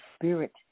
Spirit